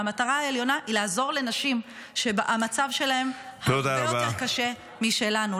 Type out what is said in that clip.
והמטרה העליונה היא לעזור לנשים שהמצב שלהן הרבה יותר קשה משלנו.